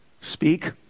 speak